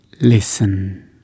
listen